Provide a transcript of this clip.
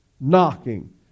knocking